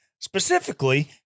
Specifically